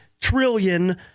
trillion